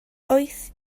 wyth